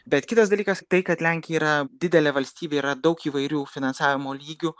bet kitas dalykas tai kad lenkija yra didelė valstybė yra daug įvairių finansavimo lygių